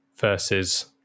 versus